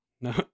No